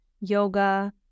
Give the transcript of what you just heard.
yoga